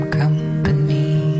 company